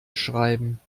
schreiben